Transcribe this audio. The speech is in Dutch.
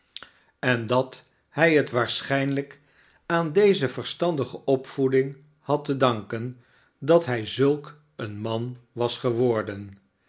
en dat hij het waarschijnlijk aan deze verstandige opvoeding had te danken dat hij zulk een man wasgeworden